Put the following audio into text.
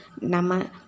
Nama